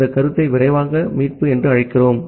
இந்த கருத்தை விரைவான மீட்பு என்று அழைக்கிறோம்